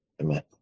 Amen